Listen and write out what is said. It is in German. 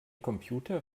computer